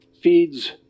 feeds